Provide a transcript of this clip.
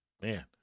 Man